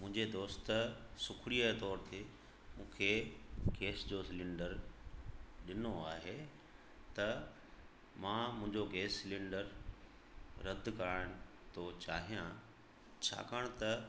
मुंहिंजे दोस्त सूखड़ीअ तौर ते मूंखे गैस जो सिलेंडर ॾिनो आहे त मां मुंहिंजो गैस सिलेंडर रदि कराइण थो चाहियां छाकाणि त